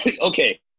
Okay